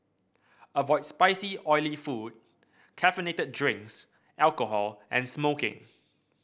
avoid spicy oily food caffeinated drinks alcohol and smoking